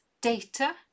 data